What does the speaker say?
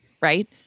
right